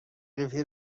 قیفی